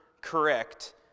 correct